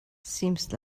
seems